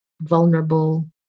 vulnerable